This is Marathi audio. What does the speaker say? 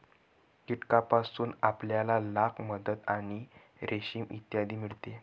कीटकांपासून आपल्याला लाख, मध आणि रेशीम इत्यादी मिळते